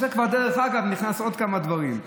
זה כבר, דרך אגב, נכנס עם עוד כמה דברים.